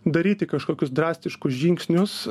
daryti kažkokius drastiškus žingsnius